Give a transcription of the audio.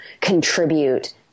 contribute